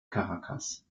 caracas